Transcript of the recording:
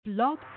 Blog